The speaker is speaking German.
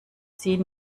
sie